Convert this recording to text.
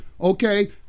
okay